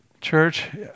Church